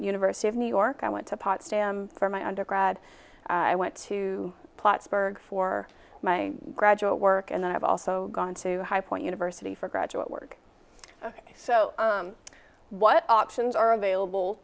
university of new york i went to potsdam for my undergrad i went to plattsburg for my graduate work and then i've also gone to high point university for graduate work so what options are available